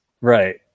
Right